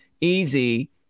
easy